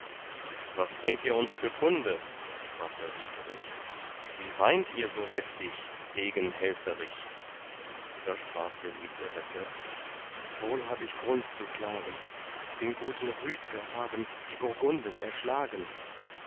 was bringt ihr uns für kunde sprach da dieterich wie weint ihr so heftig degen helferich da sprach der edle recke wohl hab ich grund zu klagen den guten rüdger haben die burgunden erschlagen